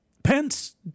Pence